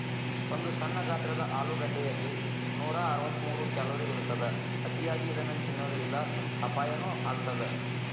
ಒಂದು ಸಣ್ಣ ಗಾತ್ರದ ಆಲೂಗಡ್ಡೆಯಲ್ಲಿ ನೂರಅರವತ್ತಮೂರು ಕ್ಯಾಲೋರಿ ಇರತ್ತದ, ಅತಿಯಾಗಿ ಇದನ್ನ ತಿನ್ನೋದರಿಂದ ಅಪಾಯನು ಆಗತ್ತದ